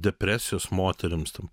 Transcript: depresijos moterims ten